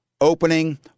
opening